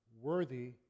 worthy